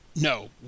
No